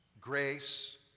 grace